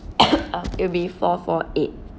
uh it'll be four four eight